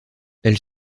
elle